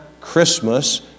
Christmas